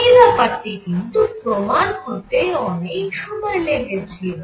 এই ব্যাপারটি কিন্তু প্রমাণ হতে অনেক সময় লেগেছিল